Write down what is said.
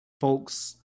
folks